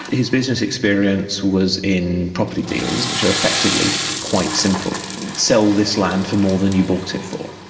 his business experience was in property deals, which are effectively quite simple sell this land for more than you bought it for.